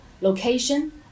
location